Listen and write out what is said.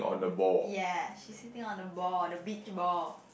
ya she sitting on the ball the beach ball